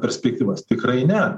perspektyvas tikrai ne